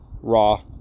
raw